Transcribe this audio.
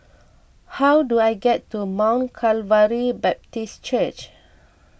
how do I get to Mount Calvary Baptist Church